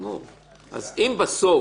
אבל מאחר שזה משטרה, ואנשים חקרו ועבדו,